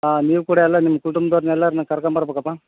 ಆಂ ನೀವು ಕೂಡ ಎಲ್ಲ ನಿಮ್ಮ ಕುಟುಂಬದೋರ್ನ ಎಲ್ಲರನ್ನು ಕರ್ಕೊಂಬರ್ಬೇಕಪ್ಪ